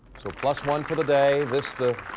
so, plus one for the day this the